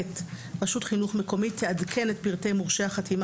(ב) רשות חינוך מקומית תעדכן את פרטי מורשי החתימה